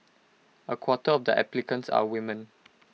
A quarter of the applicants are women